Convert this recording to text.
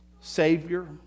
savior